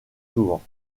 souvent